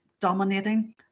dominating